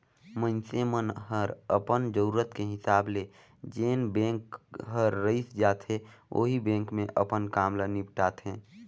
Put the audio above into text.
मइनसे मन हर अपन जरूरत के हिसाब ले जेन बेंक हर रइस जाथे ओही बेंक मे अपन काम ल निपटाथें